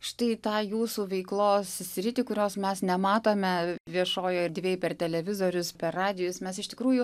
štai tą jūsų veiklos sritį kurios mes nematome viešojoj erdvėj per televizorius per radijus mes iš tikrųjų